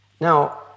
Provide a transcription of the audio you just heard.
Now